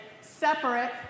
separate